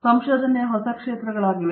ಆದ್ದರಿಂದ ಇವುಗಳು ಸಂಶೋಧನೆಯ ಹೊಸ ಕ್ಷೇತ್ರಗಳಾಗಿವೆ